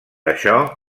això